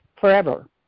forever